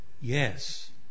yes